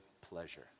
pleasure